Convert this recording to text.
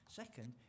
second